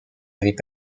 avaient